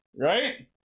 Right